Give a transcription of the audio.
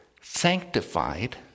sanctified